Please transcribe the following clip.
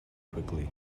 quickly